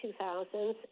2000s